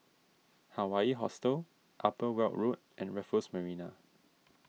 Hawaii Hostel Upper Weld Road and Raffles Marina